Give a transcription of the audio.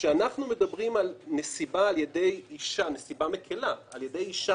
כשאנחנו מדברים על נסיבה מקילה על ידי אישה